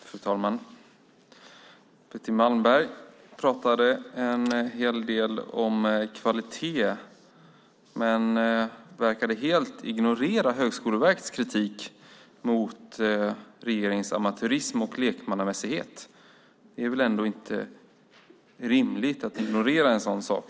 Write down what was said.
Fru talman! Betty Malmberg talade en hel del om kvalitet men verkade helt ignorera Högskoleverkets kritik mot regeringens amatörism och lekmannamässighet. Det är väl ändå inte rimligt att ignorera en sådan sak!